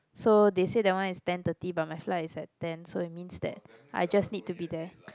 so they said that one is ten thirty but my flight is at ten so it means that I just need to be there